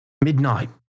Midnight